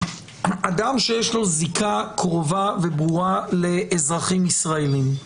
אדם שיש לו זיקה קרובה וברורה לאזרחים ישראלים,